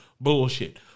bullshit